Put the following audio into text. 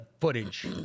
footage